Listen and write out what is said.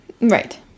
right